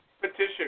petition